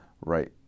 right